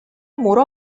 muro